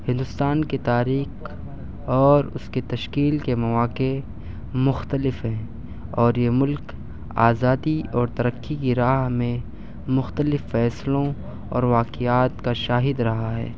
ہندوستان کے تاریخ اور اس کی تشکیل کے مواقع مختلف ہیں اور یہ ملک آزادی اور ترقی کی راہ میں مختلف فیصلوں اور واقعات کا شاہد رہا ہے